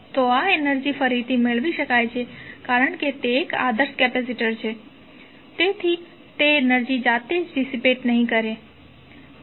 તો આ એનર્જી ફરીથી મેળવી શકાય છે કારણ કે તે એક આદર્શ કેપેસિટર છે તેથી તે એનર્જી જાતે જ ડિસિપેટ નહીં કરે